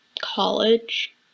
college